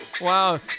Wow